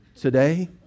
today